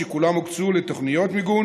כולם הוקצו לתוכניות מיגון